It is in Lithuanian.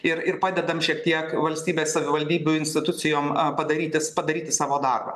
ir ir padedam šiek tiek valstybės savivaldybių institucijom padarytis padaryti savo darbą